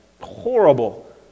horrible